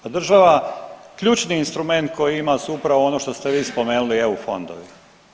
A država ključni instrument koji ima su upravo ono što ste vi spomenuli EU fondovi.